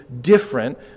different